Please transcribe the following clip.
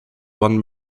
one